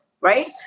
right